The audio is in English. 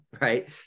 right